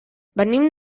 venim